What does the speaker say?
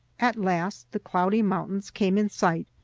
at last the cloudy mountains came in sight,